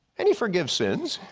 and he forgives sins.